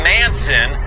Manson